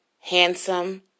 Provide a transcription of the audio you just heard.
handsome